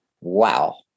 Wow